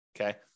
okay